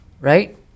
Right